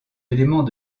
éléments